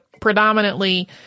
predominantly